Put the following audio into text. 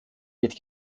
wird